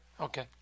Okay